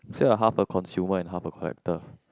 say like a half a consumer and half a collector